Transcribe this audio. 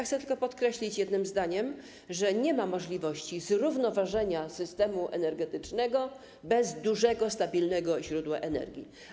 Chcę tylko podkreślić jednym zdaniem, że nie ma możliwości zrównoważenia systemu energetycznego bez dużego, stabilnego źródła energii.